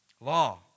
Law